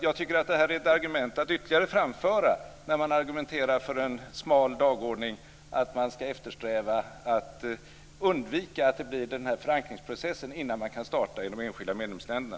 Jag tycker att det är ett ytterligare argument att framföra när man argumenterar för en smal dagordning. Man ska eftersträva att undvika att det blir denna förankringsprocess innan man kan starta i de enskilda medlemsländerna.